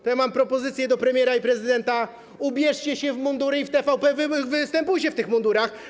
To ja mam propozycję dla premiera i prezydenta: ubierzcie się w mundury i w TVP występujcie w tych mundurach.